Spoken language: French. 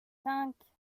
cinq